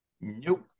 Nope